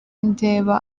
ndeba